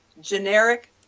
generic